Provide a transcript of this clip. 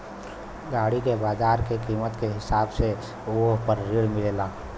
गाड़ी के बाजार के कीमत के हिसाब से वोह पर ऋण मिलेला